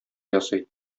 ясый